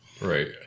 Right